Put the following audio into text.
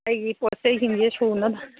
ꯑꯩꯒꯤ ꯄꯣꯠ ꯆꯩꯁꯤꯡꯁꯦ ꯁꯨꯅꯕ